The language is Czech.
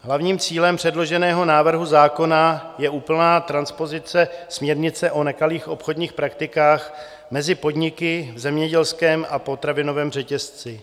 Hlavním cílem předloženého návrhu zákona je úplná transpozice směrnice o nekalých obchodních praktikách mezi podniky v zemědělském a potravinovém řetězci.